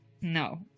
No